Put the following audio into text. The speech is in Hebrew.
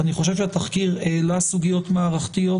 אני חושב שהתחקיר העלה סוגיות מערכתיות.